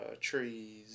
trees